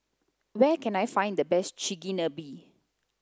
where can I find the best Chigenabe